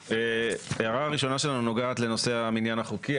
ההערה הראשונה שלנו נוגעת לנושא המניין החוקי,